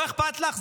לא אכפת לך?